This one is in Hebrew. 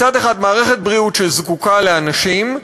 מצד אחד מערכת הבריאות זקוקה לאנשים,